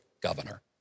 governor